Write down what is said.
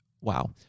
Wow